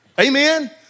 Amen